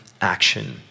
action